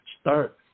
start